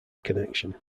connection